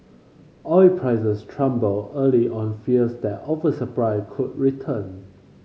oil prices early on fears that oversupply could return